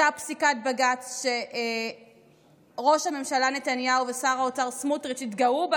אותה פסיקת בג"ץ שראש הממשלה נתניהו ושר האוצר סמוטריץ' התגאו בה